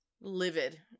livid